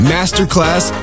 Masterclass